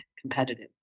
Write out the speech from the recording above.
competitive